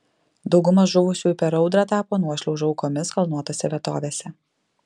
dauguma žuvusiųjų per audrą tapo nuošliaužų aukomis kalnuotose vietovėse